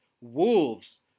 wolves